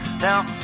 Now